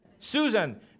Susan